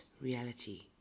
reality